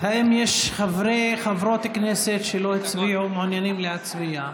האם יש חברי או חברות כנסת שלא הצביעו ומעוניינים להצביע?